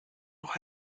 noch